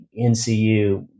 NCU